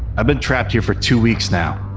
i've been trapped here for two weeks now.